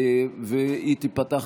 היא תיפתח,